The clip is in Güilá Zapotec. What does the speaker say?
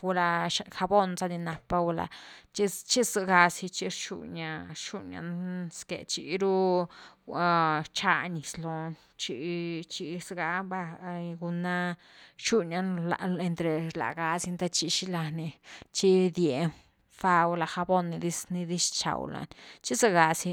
gula jabon za ni rapa, chi-chi zegasi chi rxuña-rxuña sque chiru rcha niz loni chi, chi zega va, guna gixinia ni entre lágá sini te chi xila ni te chi gidie ni fá, gula jabon, ni dis-ni dis bchó lani, chi zé’gasi.